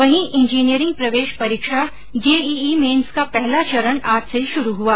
वहीं इंजीनियरिंग प्रवेश परीक्षा जेईई मेन्स का पहला चरण आज से शुरू हुआ